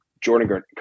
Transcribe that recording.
Jordan